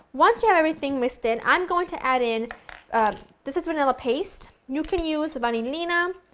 once you have everything mixed in, i'm going to add in this is vanilla paste, you can use vanillina,